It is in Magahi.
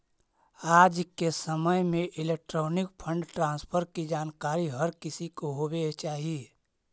आज के समय में इलेक्ट्रॉनिक फंड ट्रांसफर की जानकारी हर किसी को होवे चाही